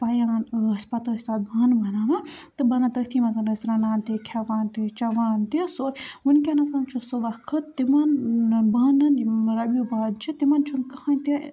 پَیان ٲسۍ پَتہٕ ٲسۍ تَتھ بانہٕ بَناوان تہٕ بَنان تٔتھی منٛز ٲسۍ رَنان تہِ کھیٚوان تہِ چیٚوان تہِ سورُے وُنکیٚس چھُ سُہ وقت تِمَن بانَن یِم رَبیوٗ بانہٕ چھِ تِمَن چھُنہٕ کٕہٲنۍ تہِ